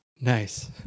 Nice